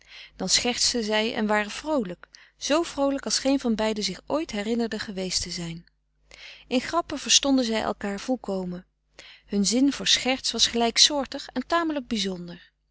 dan schertsten zij en waren vroolijk zoo vroolijk als geen van beiden zich ooit herinnerde geweest te zijn in grappen verstonden zij elkaar volkomen hun zin voor scherts was gelijksoortig en tamelijk bizonder